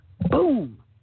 boom